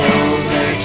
over